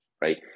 right